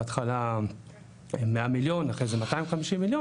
בהתחלה 100 מיליון אחרי זה 250 מיליון